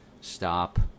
stop